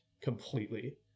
completely